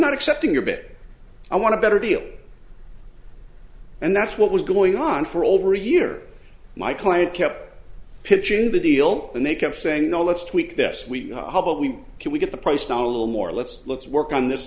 not accepting your bit i want to better deal and that's what was going on for over a year my client kept pitching the deal and they kept saying no let's tweak this we hope we can we get the price down a little more let's let's work on this